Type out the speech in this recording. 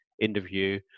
interview